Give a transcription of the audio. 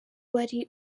wari